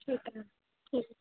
ਠੀਕ ਹੈ ਠੀਕ